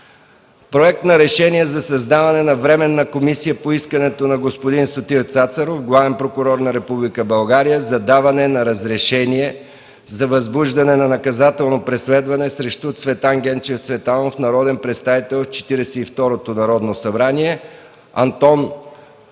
Проект на решение за създаване на Временна комисия по искането на господин Сотир Цацаров, главен прокурор на Република България, за даване на разрешение за възбуждане на наказателно преследване срещу Цветан Генчев Цветанов, народен представител в Четиридесет и второто